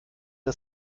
wir